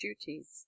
duties